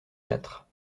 quatre